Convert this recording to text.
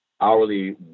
hourly